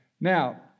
Now